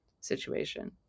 situation